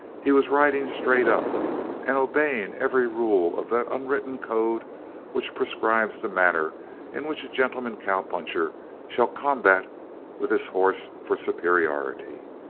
he was riding straight up and obeying every rule of that unwritten code which prescribes the manner in which a gentleman cowpuncher shall combat with his horse for superiority.